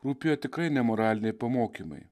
rūpėjo tikrai ne moraliniai pamokymai